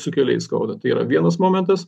su keliais skauda tai yra vienas momentas